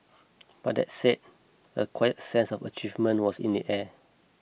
but that said a quiet sense of achievement was in the air